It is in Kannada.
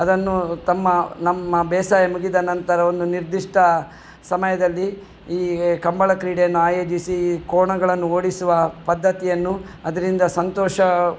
ಅದನ್ನು ತಮ್ಮ ನಮ್ಮ ಬೇಸಾಯ ಮುಗಿದ ನಂತರ ಒಂದು ನಿರ್ದಿಷ್ಟ ಸಮಯದಲ್ಲಿ ಈ ಕಂಬಳ ಕ್ರೀಡೆಯನ್ನ ಆಯೋಜಿಸಿ ಕೋಣಗಳನ್ನು ಓಡಿಸುವ ಪದ್ದತಿಯನ್ನು ಅದರಿಂದ ಸಂತೋಷ